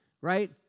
right